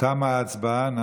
תמה ההצבעה.